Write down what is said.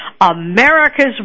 America's